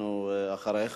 אחריך,